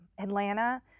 Atlanta